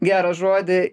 gerą žodį